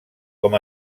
com